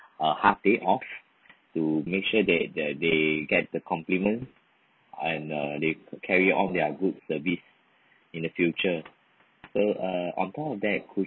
a half day off to make sure that the they get the compliment and uh they carry on their good service in the future so uh on top of that